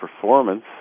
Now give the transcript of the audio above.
performance